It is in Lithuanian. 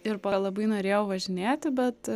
ir labai norėjau važinėti bet